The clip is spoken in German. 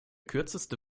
kürzeste